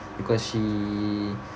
because she